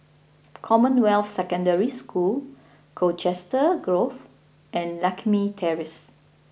Commonwealth Secondary School Colchester Grove and Lakme Terrace